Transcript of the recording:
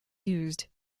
used